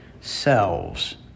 selves